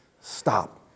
stop